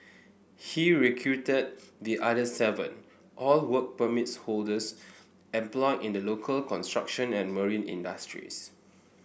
he recruited the other seven all work permits holders employed in the local construction and marine industries